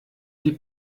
die